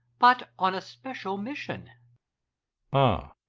but on a special mission ah!